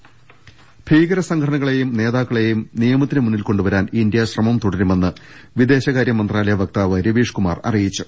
രുട്ട്ട്ട്ട്ട്ട്ട്ട ഭീകര സംഘടനകളെയും നേതാക്കളെയും നിയമത്തിന് മുന്നിൽ കൊണ്ടുവരാൻ ഇന്ത്യ ശ്രമം തുടരുമെന്ന് വിദേശകാര്യ മന്ത്രാലയ വക്താവ് രവീഷ്കുമാർ അറിയിച്ചു